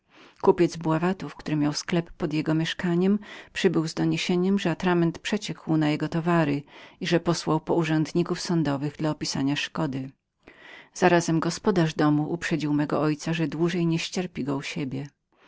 kupiec bławatów który miał sklep pod jego mieszkaniem przybył z doniesieniem że atrament przeciekł na jego towary i że posłał po urzędników sądowych dla opisania szkody gospodarz domu uprzedził go zarazem że dłużej nie ścierpi